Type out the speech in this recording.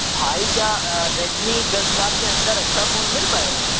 بھائی کیا ریڈمی دس ہزار سے اندر اچھا فون مل پائے گا